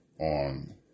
on